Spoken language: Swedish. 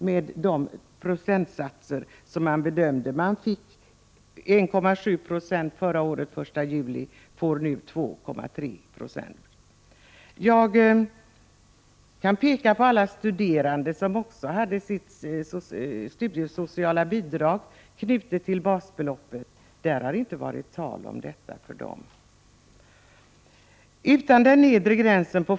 Man fick 1,7 90 den 1 juli förra året och får nu 2,3 26. Jag kan också påminna om alla studerande som hade sitt studiesociala bidrag knutet till basbeloppet. Men det har inte talats om dem.